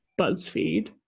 Buzzfeed